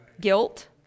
Guilt